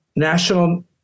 National